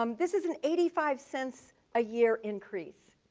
um this is an eighty five cents a year increase.